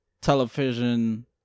television